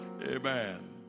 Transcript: Amen